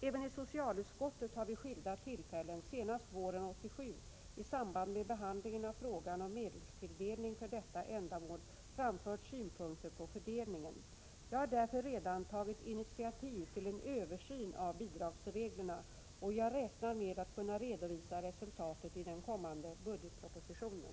Även i socialutskottet har vid skilda tillfällen, senast våren 1987 i samband med behandlingen av frågan om medelstilldelning för detta ändamål, framförts synpunkter på fördelningen. Jag har därför redan tagit initiativ till en översyn av bidragsreglerna, och jag räknar med att kunna redovisa resultatet i den kommande budgetpropositionen.